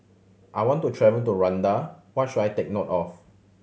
I want to travel to Rwanda what should I take note of